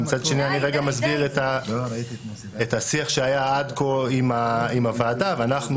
מצד שני אני רגע מסביר את השיח שהיה עד כה עם הוועדה ואנחנ